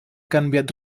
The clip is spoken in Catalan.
canviat